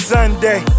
Sunday